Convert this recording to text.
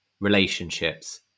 relationships